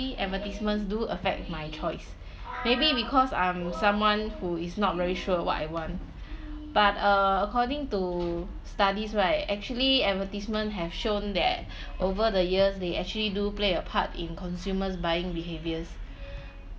advertisements do affect my choice maybe because I'm someone who is not very sure what I want but uh according to studies right actually advertisement have shown that over the years they actually do play a part in consumers' buying behaviours